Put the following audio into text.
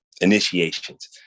initiations